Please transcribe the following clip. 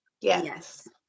Yes